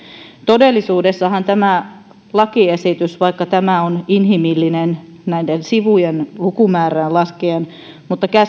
todellisuudessahan tämä lakiesitys vaikka tämä on inhimillinen näiden sivujen lukumäärää laskien